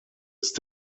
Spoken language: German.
ist